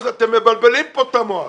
אז אתם מבלבלים כאן את המוח.